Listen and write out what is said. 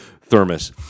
thermos